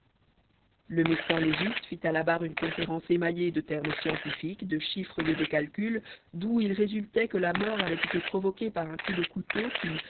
le médecin légiste fit à la barre une conférence émaillée de termes scientifiques de chiffres et de calculs d'où il résultait que la mort avait été provoquée par un coup de couteau qui